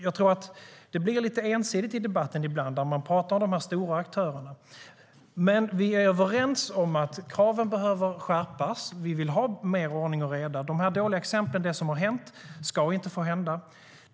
Det blir ibland lite ensidigt i debatten när man talar om de stora aktörerna. Vi är överens om att kraven behöver skärpas och att vi vill ha mer ordning och reda. De dåliga exemplen på vad som har hänt ska inte hända.